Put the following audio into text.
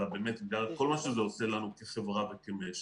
אלא בגלל כל מה שזה עושה לנו כחברה וכמשק.